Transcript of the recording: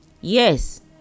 Yes